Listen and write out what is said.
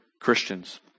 Christians